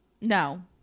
No